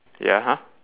ya (huh)